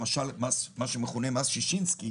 למשל מה שמכונה מס ששינסקי,